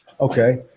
Okay